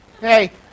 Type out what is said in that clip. Hey